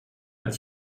als